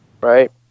right